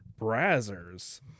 Brazzers